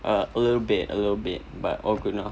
a little bit a little bit but all good now